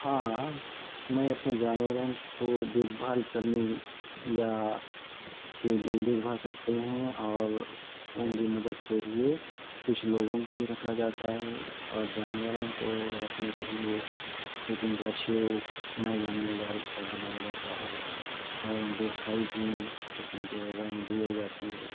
ہاں میں اپنے جانوروں کو دیکھ بھال کرنے یا کے لیے دیکھ بھال کرتے ہیں اور ان کی مدد کے لیے کچھ لوگوں کو بھی رکھا جاتا ہے اور جانوروں کو رکھنے کے لیے ایک ان کا شیڈ میدان میں ڈال کر بنایا جاتا ہے اور ان کو ہائیجین قسم کے غذائیں دیے جاتی ہے